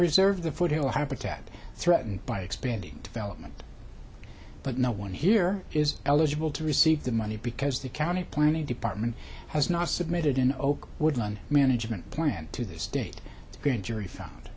preserve the foothill habitat threatened by expanding development but no one here is eligible to receive the money because the county planning department has not submitted an oak woodland management plan to the state grand jury found